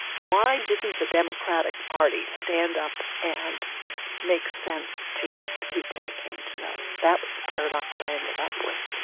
why didn't the democratic party stand up and make sense to the people i came to know? that was the paradox i ended up with